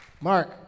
Mark